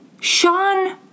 Sean